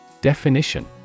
Definition